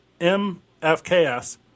MFKS